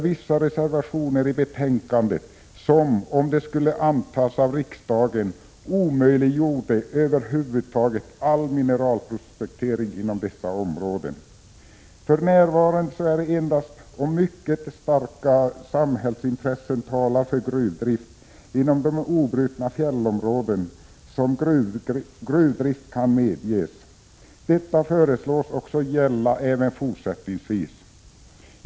Vissa reservationer i betänkandet som berör denna skulle, om de antogs av riksdagen, omöjliggöra all mineralprospektering inom dessa områden. För närvarande är det endast om mycket starka samhällsintressen talar för gruvdrift inom de obrutna fjällområdena som gruvdrift kan medges. Detta föreslås gälla även fortsättningsvis.